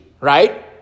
right